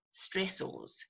stressors